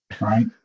right